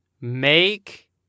Make